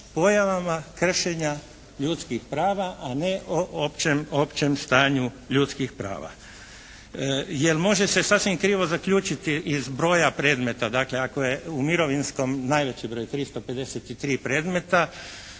pojavama kršenja ljudskih prava, a ne o općem stanju ljudskih prava. Jer može se sasvim krivo zaključiti iz broja predmeta. Dakle, ako je u mirovinskom najveći broj 353 predmeta,